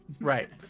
Right